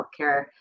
healthcare